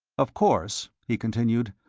of course, he continued,